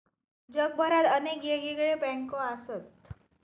जगभरात अनेक येगयेगळे बँको असत